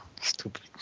Stupid